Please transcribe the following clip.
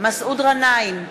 מסעוד גנאים,